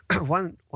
one